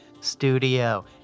studio